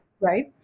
right